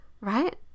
Right